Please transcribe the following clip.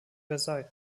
versailles